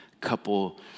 couple